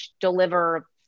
deliver